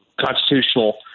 constitutional